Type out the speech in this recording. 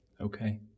Okay